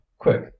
Quick